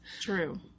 True